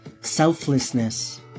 selflessness